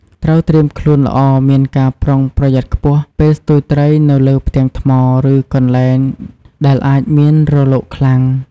ត្រូវត្រៀមខ្លួនល្អ មានការប្រុងប្រយ័ត្នខ្ពស់ពេលស្ទូចត្រីនៅលើផ្ទាំងថ្ម ឬកន្លែងដែលអាចមានរលកខ្លាំង។